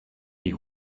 die